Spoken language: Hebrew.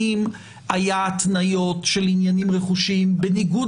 אם היו התניות של עניינים רכושיים בניגוד